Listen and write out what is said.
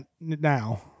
now